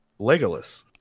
Legolas